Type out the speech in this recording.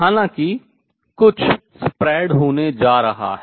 हालांकि कुछ प्रसार होने जा रहा है